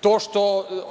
to što